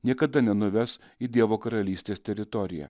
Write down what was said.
niekada nenuves į dievo karalystės teritoriją